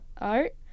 Art